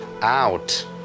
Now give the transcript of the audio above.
out